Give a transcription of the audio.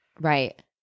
right